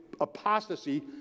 apostasy